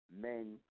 men